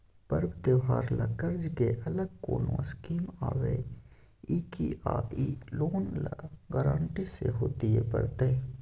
पर्व त्योहार ल कर्ज के अलग कोनो स्कीम आबै इ की आ इ लोन ल गारंटी सेहो दिए परतै?